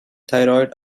thyroid